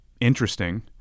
interesting